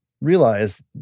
realize